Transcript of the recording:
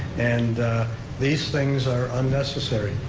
and these things are unnecessary.